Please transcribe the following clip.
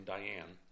Diane